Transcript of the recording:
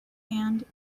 hand